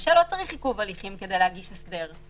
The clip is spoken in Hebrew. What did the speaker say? הנושה לא צריך עיכוב הליכים כדי להגיש הסדר.